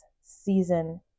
season